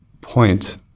point